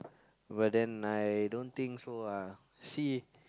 but then I don't think so ah see